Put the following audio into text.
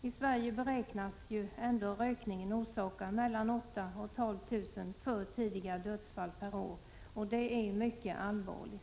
I Sverige beräknas rökningen orsaka 8 000—12 000 för tidiga dödsfall per år, och det är mycket allvarligt.